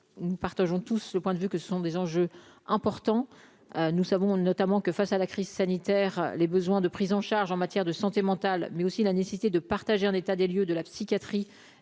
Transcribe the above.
nous partageons tous le point de vue que ce sont des enjeux importants, nous savons notamment que face à la crise sanitaire, les besoins de prise en charge en matière de santé mentale, mais aussi la nécessité de partager un état des lieux de la psychiatrie